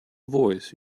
voice